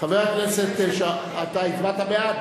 חבר הכנסת, אתה הצבעת בעד?